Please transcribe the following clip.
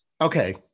Okay